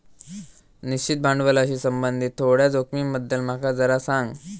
निश्चित भांडवलाशी संबंधित थोड्या जोखमींबद्दल माका जरा सांग